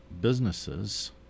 businesses